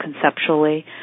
conceptually